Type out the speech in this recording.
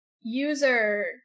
User